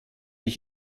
ich